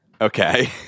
Okay